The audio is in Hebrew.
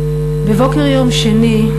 בבוקר יום שני,